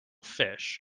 fish